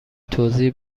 توضیح